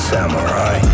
Samurai